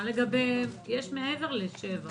יש מעבר ל-0 7 קילומטרים.